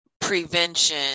prevention